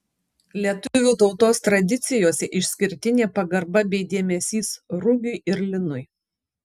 lietuvių tautos tradicijose išskirtinė pagarba bei dėmesys rugiui ir linui